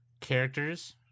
characters